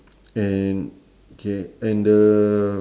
and okay and the